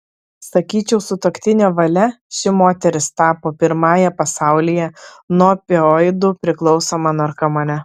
sakyčiau sutuoktinio valia ši moteris tapo pirmąja pasaulyje nuo opioidų priklausoma narkomane